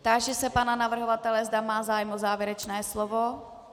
Táži se pana navrhovatele, zda má zájem o závěrečné slovo.